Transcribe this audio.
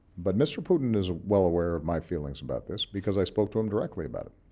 but mr. putin is well aware of my feelings about this, because i spoke to him directly about it.